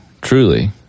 truly